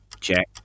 Check